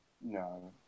No